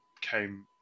came